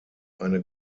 eine